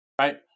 right